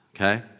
Okay